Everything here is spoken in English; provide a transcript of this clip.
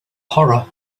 horror